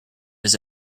his